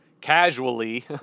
casually